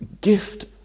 gift